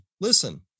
listen